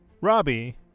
Robbie